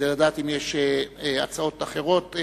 כדי לדעת אם יש הצעות אחרות.